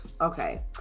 okay